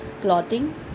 clothing